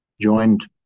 joined